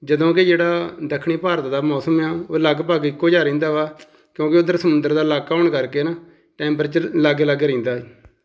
ਜਦੋਂ ਕਿ ਜਿਹੜਾ ਦੱਖਣੀ ਭਾਰਤ ਦਾ ਮੌਸਮ ਆ ਉਹ ਲਗਭਗ ਇੱਕੋ ਜਿਹਾ ਰਹਿੰਦਾ ਵਾ ਕਿਉਂਕਿ ਉੱਧਰ ਸਮੁੰਦਰ ਦਾ ਇਲਾਕਾ ਹੋਣ ਕਰਕੇ ਨਾ ਟੈਂਪਰੇਚਰ ਲਾਗੇ ਲਾਗੇ ਰਹਿੰਦਾ ਏ